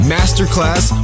Masterclass